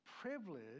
privilege